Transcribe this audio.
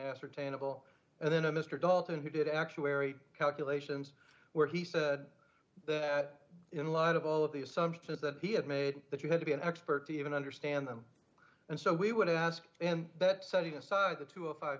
ascertainable and then a mr dalton who did actuary calculations where he said that in light of all of the assumptions that he had made that you had to be an expert to even understand them and so we would ask in that setting aside the two